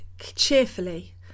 cheerfully